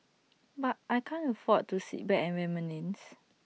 but I can't afford to sit back and reminisce